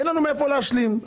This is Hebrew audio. אין לנו מהיכן להשלים.